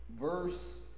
verse